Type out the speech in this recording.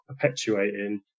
perpetuating